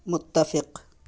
متفق